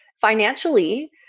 financially